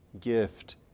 gift